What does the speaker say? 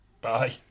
Bye